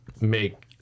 make